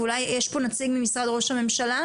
ואולי יש פה נציג ממשרד ראש הממשלה,